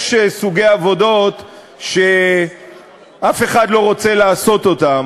יש סוגי עבודות שאף אחד לא רוצה לעשות אותן,